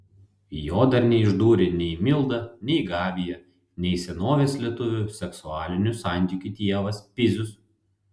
jo dar neišdūrė nei milda nei gabija nei senovės lietuvių seksualinių santykių dievas pizius